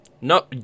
No